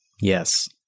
Yes